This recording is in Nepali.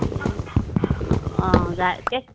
ए अँ गएको एक